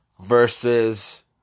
versus